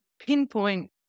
pinpoint